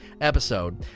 episode